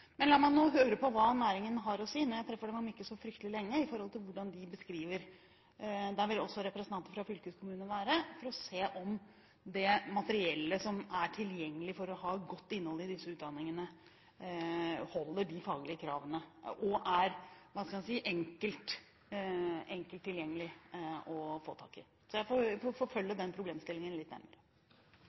Men la meg nå høre på hva næringen har å si når jeg treffer dem om ikke så fryktelig lenge. Der vil også representanter fra fylkeskommunene være for å se om det materiellet som er tilgjengelig for å ha et godt innhold i disse utdanningene, overholder de faglige kravene og er lett tilgjengelig. Jeg får forfølge den problemstillingen litt nærmere. Hver kveld, før jeg